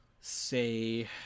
say